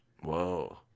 Whoa